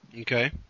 Okay